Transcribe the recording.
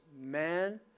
man